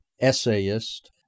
essayist